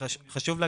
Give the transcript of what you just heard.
שהוא